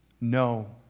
no